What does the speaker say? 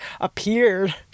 appeared